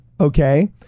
okay